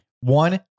one